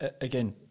again